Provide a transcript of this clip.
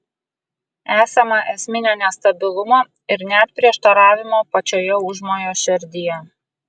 esama esminio nestabilumo ir net prieštaravimo pačioje užmojo šerdyje